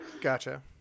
Gotcha